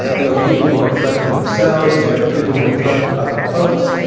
there are people who are a threat to themselves, there are people who are a threat to other folks.